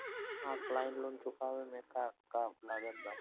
Offline loan चुकावे म का का लागत बा?